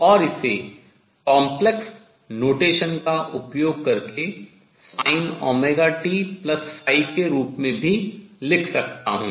और इसे complex notation सम्मिश्र संकेतन का उपयोग करके sin⁡ωt के रूप में लिख सकता हूँ